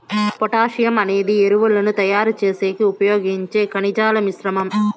potassium అనేది ఎరువులను తయారు చేసేకి ఉపయోగించే ఖనిజాల మిశ్రమం